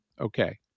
Okay